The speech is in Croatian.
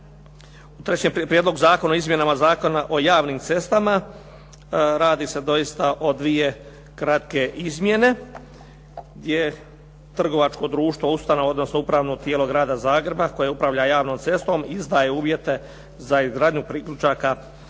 trećem Prijedlogu zakona o izmjenama Zakona o javnim cestama radi se doista o dvije kratke izmjene gdje trgovačko društvo ustanova, odnosno upravno tijelo Grada Zagreba koje upravlja javnom cestom izdvaja uvjete za izgradnju priključaka